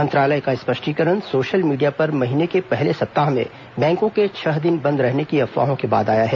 मंत्रालय का स्पष्टीकरण सोशल मीडिया पर महीने के पहले सप्ताह में बैंको के छह दिन बंद रहने की अफवाहों के बाद आया है